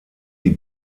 die